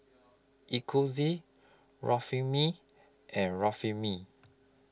Eucerin Remifemin and Remifemin